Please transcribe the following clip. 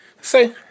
say